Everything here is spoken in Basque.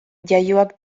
jaioak